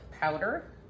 powder